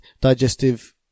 digestive